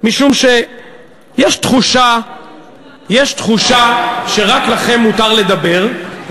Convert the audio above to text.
משום שיש תחושה שרק לכם מותר לדבר,